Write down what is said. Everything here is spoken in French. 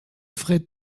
ferait